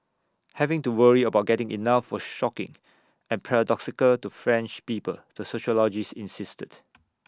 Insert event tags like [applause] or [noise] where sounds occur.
having to worry about getting enough was shocking and paradoxical to French people the sociologist insisted [noise]